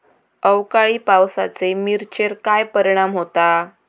अवकाळी पावसाचे मिरचेर काय परिणाम होता?